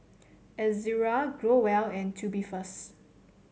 Ezerra Growell and Tubifast